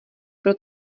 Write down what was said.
pro